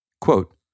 Quote